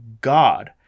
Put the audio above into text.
God